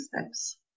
steps